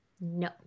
No